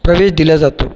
प्रवेश दिला जातो